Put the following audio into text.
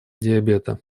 диабета